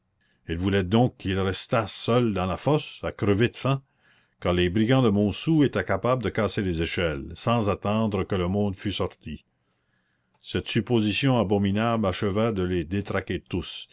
elle voulait donc qu'ils restassent seuls dans la fosse à crever de faim car les brigands de montsou étaient capables de casser les échelles sans attendre que le monde fût sorti cette supposition abominable acheva de les détraquer tous